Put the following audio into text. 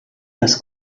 das